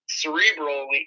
cerebral